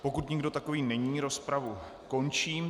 Pokud nikdo takový není, rozpravu končím.